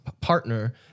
partner